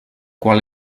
qual